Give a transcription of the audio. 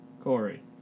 Corey